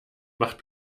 macht